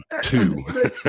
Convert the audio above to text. two